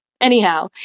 Anyhow